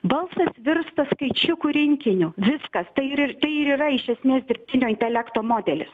balsas virsta skaičiukų rinkiniu viskas tai ir tai ir yra iš esmės dirbtinio intelekto modelis